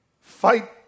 fight